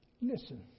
Listen